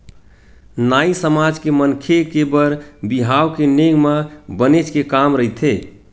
नाई समाज के मनखे के बर बिहाव के नेंग म बनेच के काम रहिथे